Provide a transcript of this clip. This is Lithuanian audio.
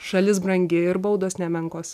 šalis brangi ir baudos nemenkos